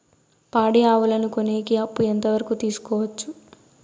పాడి ఆవులని కొనేకి అప్పు ఎంత వరకు తీసుకోవచ్చు?